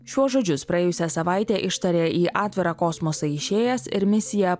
šiuos žodžius praėjusią savaitę ištarė į atvirą kosmosą išėjęs ir misiją